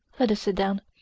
let us sit down.